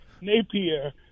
Napier